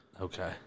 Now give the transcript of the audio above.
Okay